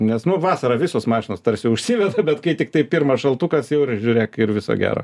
nes nu vasarą visos mašinos tarsi užsiveria bet kai tiktai pirmas šaltukas jau ir žiūrėk ir viso gero